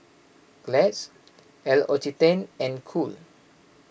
Glad L'Occitane and Cool